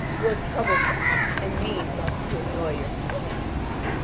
you are troublesome and mean thus to annoy your companions.